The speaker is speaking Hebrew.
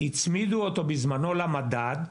הצמידו אותו בזמנו למדד,